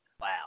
Wow